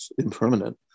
impermanent